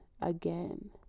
again